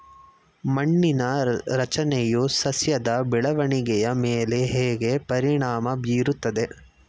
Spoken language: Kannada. ಮಣ್ಣಿನ ರಚನೆಯು ಸಸ್ಯದ ಬೆಳವಣಿಗೆಯ ಮೇಲೆ ಹೇಗೆ ಪರಿಣಾಮ ಬೀರುತ್ತದೆ?